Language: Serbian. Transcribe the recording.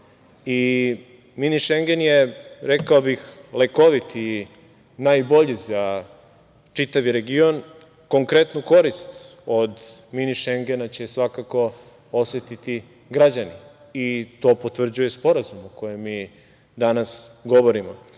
Mini šengen je, rekao bih, lekovit i najbolji za čitavi region. Konkretnu korist od mini šengena će svakako osetiti građani. To potvrđuje Sporazum o kojem mi danas govorimo.